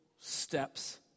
steps